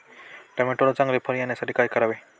टोमॅटोला चांगले फळ येण्यासाठी काय करावे?